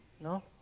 No